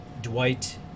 Dwight